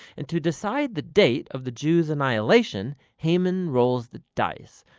and to decide the date of the jews' annihilation, haman rolls the dice.